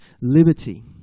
liberty